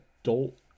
adult